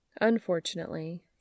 Unfortunately